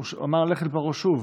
הוא אמר: לך לפרעה שוב.